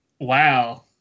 wow